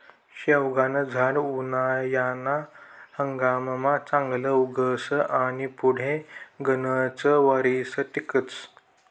शेवगानं झाड उनायाना हंगाममा चांगलं उगस आनी पुढे गनच वरीस टिकस